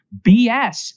BS